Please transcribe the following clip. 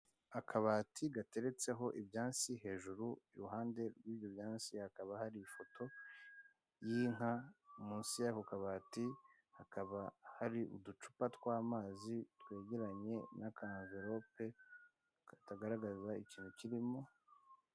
Akabati gateretseho ibyansi hejuru, iruhande rw'ibyo byansi hakaba hari ifoto y'inka, munsi y'ako kabati hakaba hari uducupa tw'amazi twegeranye, n'akamvilope katagaragaza ikintu kirimo.